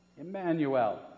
Emmanuel